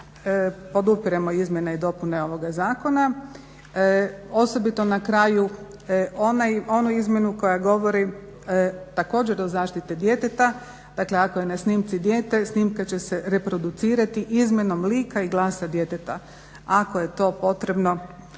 podupiremo izmjene i dopune ovoga zakona osobito na kraju onu izmjenu koja govori također o zaštiti djeteta. Dakle, ako je na snimci dijete snimka će se reproducirati izmjenom lika i glasa djeteta ako je to potrebno